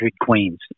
queens